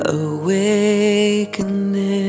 awakening